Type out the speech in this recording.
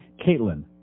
Caitlin